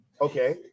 Okay